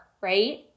Right